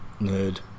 Nerd